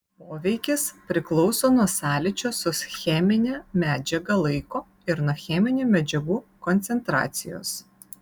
poveikis priklauso nuo sąlyčio su chemine medžiaga laiko ir nuo cheminių medžiagų koncentracijos